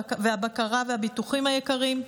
הבקרה והביטוחים היקרים.